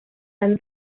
and